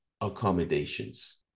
accommodations